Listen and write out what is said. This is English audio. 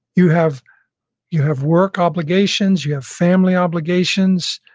you have you have work obligations, you have family obligations.